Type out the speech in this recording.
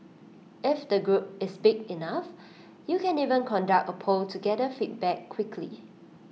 if the group is big enough you can even conduct A poll to gather feedback quickly